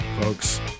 Folks